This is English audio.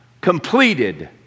completed